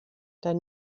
dann